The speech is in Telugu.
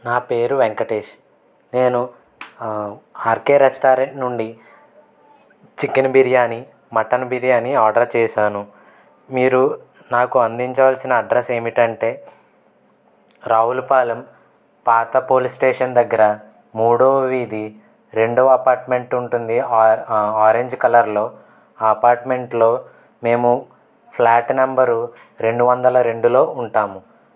నా పేరు వెంకటేష్ నేను ఆర్కె రెస్టారెంట్ నుండి chicken biryani mutton biryani order చేశాను మీరు నాకు అందించవలసిన అడ్రస్ ఏమిటంటే రావులపాలెం పాత పోలీస్ స్టేషన్ దగ్గర మూడో వీధి రెండో అపార్ట్మెంట్ ఉంటుంది ఆరెంజ్ కలర్లో అపార్ట్మెంట్లో మేము ఫ్లాట్ నంబరు రెండు వందల రెండులో ఉంటాము